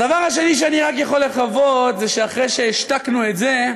הדבר השני שאני רק יכול לקוות זה שאחרי שהשתקנו את זה,